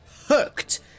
Hooked